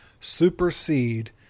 supersede